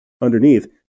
Underneath